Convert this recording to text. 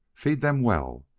feed them well.